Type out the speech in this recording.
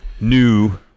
new